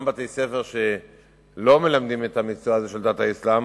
בתי-ספר שלא מלמדים את המקצוע הזה של דת האסלאם,